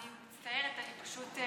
אני מצטערת, אני פשוט,